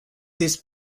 this